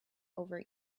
over